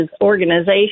organization